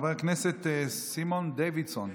חבר הכנסת סימון דוידסון.